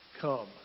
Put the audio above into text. Come